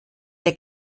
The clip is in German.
der